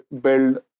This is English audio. build